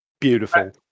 beautiful